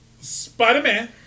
Spider-Man